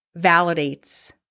validates